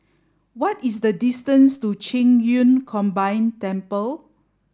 what is the distance to Qing Yun Combined Temple